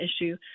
issue